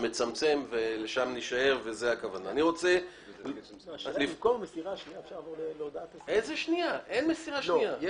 אני לא רוצה להיכנס לשאלה מה כן, כי